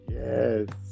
yes